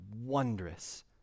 wondrous